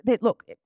Look